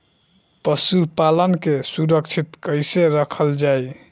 पशुपालन के सुरक्षित कैसे रखल जाई?